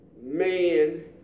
Man